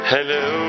Hello